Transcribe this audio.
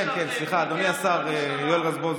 אדוני השר יואל רזבוזוב,